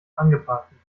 angebraten